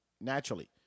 naturally